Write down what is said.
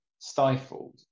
stifled